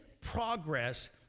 progress